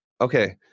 okay